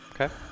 Okay